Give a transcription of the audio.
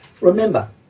Remember